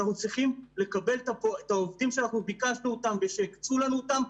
אנחנו צריכים לקבל את העובדים שאנחנו ביקשנו ושהקצו לנו אותם.